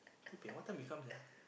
okay what time we come ah